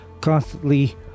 constantly